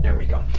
and we go.